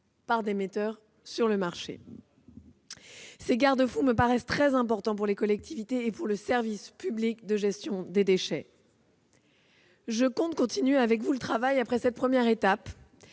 par des metteurs sur le marché. Ces garde-fous me paraissent très importants pour les collectivités et pour le service public de gestion des déchets. Je compte continuer avec vous le travail après cette première étape,